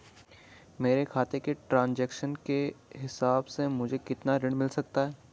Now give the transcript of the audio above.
मेरे खाते के ट्रान्ज़ैक्शन के हिसाब से मुझे कितना ऋण मिल सकता है?